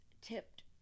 tipped